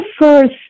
first